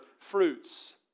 fruits